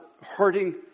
hurting